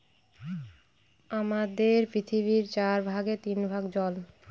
আমাদের পৃথিবীর চার ভাগের তিন ভাগ জল